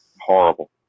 Horrible